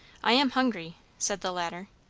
i am hungry, said the latter.